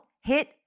hit